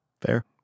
Fair